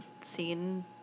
seen